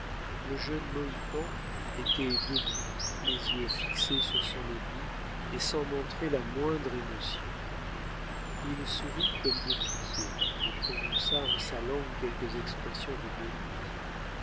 le jeune mohican était debout les yeux fixés sur son ennemi et sans montrer la moindre émotion il sourit comme de pitié et prononça en sa langue quelques expressions de mépris